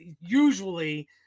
usually